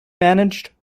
managed